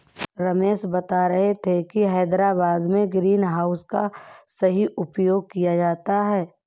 रमेश बता रहे थे कि हैदराबाद में ग्रीन हाउस का सही उपयोग किया जाता है